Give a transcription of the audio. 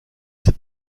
ces